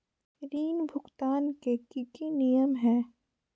ऋण भुगतान के की की नियम है?